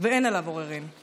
ואין עליו עוררין.